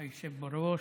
מכובדי היושב בראש,